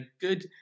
good